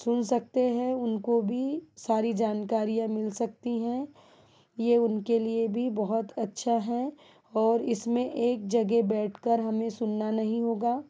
सुन सकते है उनको भी सारी जानकारियाँ मिल सकती हैं यह उनके लिए भी बहुत अच्छा है और इसमें एक जगह बैठ कर हमें सुनना नहीं होगा